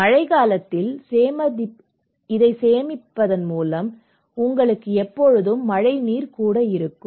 எனவே மழைக்காலத்தில் சேமிப்பதன் மூலம் உங்களுக்கு எப்போதும் மழைநீர் இருக்கும்